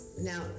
Now